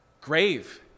Grave